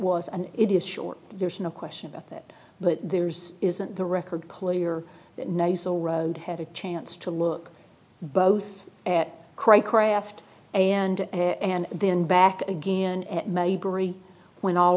was an idiot short there's no question about that but there's isn't the record clear nice the road had a chance to look both at cry craft and and then back again and when all